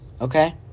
okay